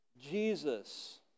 Jesus